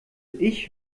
ich